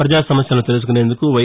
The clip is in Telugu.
ప్రపజల సమస్యలను తెలుసుకునేందుకు వై